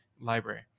library